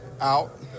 out